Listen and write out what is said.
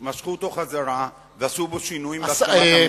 משכו אותו ועשו בו שינויים בהסכמת הממשלה.